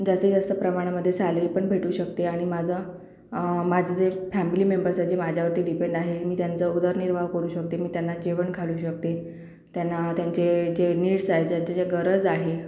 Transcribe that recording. जास्तीत जास्त प्रमाणामध्ये सॅलरी पण भेटू शकते आणि माझा माझे जे फॅमिली मेंबर्स आहे जे माझ्यावरती डिपेंड आहे मी त्यांचा उदरनिर्वाह करू शकते मी त्यांना जेवण घालू शकते त्यांना त्यांचे जे नीड्स आहे ज्यांचे जे गरज आहे